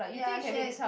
ya